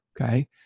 okay